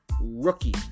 rookie